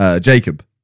Jacob